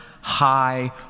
high